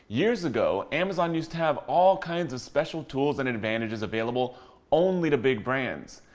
years ago, amazon used to have all kinds of special tools and advantages available only to big brands.